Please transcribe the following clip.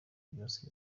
byose